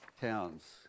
towns